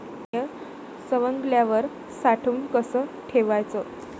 धान्य सवंगल्यावर साठवून कस ठेवाच?